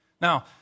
Now